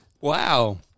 Wow